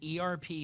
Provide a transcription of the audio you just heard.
ERP